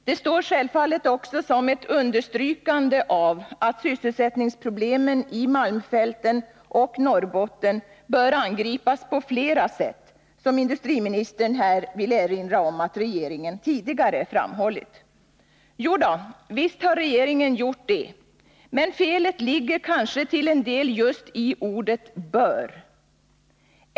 Det tjänar självfallet som ett understrykande av att sysselsättningsproblemen i malmfälten och Norrbotten bör angripas på flera sätt, som industriministern här vill erinra om att regeringen tidigare framhållit. Jo då, visst har regeringen gjort det. Men felet ligger kanske till en del just i ordet bör.